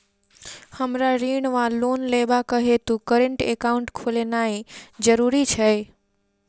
हमरा ऋण वा लोन लेबाक हेतु करेन्ट एकाउंट खोलेनैय जरूरी छै?